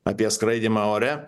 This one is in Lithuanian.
apie skraidymą ore